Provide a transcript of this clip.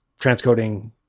transcoding